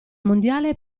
mondiale